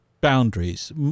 boundaries